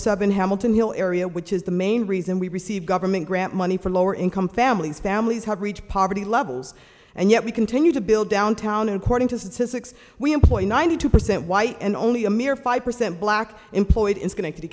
seven hamilton hill area which is the main reason we receive government grant money for lower income families families have reached poverty levels and yet we continue to build downtown and according to statistics we employ ninety two percent white and only a mere five percent black employed in schenectady